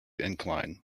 incline